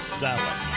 salad